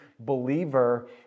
believer